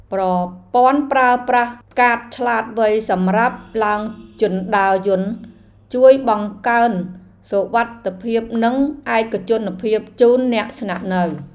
ប្រព័ន្ធប្រើប្រាស់កាតឆ្លាតវៃសម្រាប់ឡើងជណ្តើរយន្តជួយបង្កើនសុវត្ថិភាព និងឯកជនភាពជូនអ្នកស្នាក់នៅ។